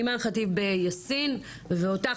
אימאן ח'טיב יאסין ואותך,